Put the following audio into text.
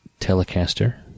Telecaster